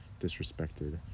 disrespected